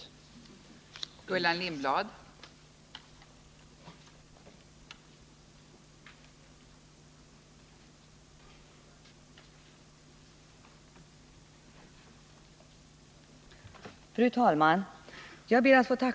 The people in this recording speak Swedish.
21 februari 1980